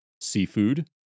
Seafood